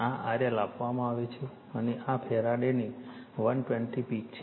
આ RL આપવામાં આવે છે અને આ ફેરાડની 320 પીક છે